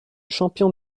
champion